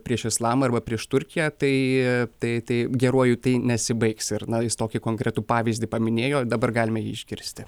prieš islamą arba prieš turkiją tai tai tai geruoju tai nesibaigs ir na jis tokį konkretų pavyzdį paminėjo dabar galime jį iškirsti